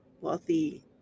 wealthy